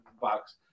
Box